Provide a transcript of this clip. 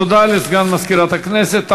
תודה לסגן מזכירת הכנסת.